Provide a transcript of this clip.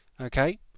Okay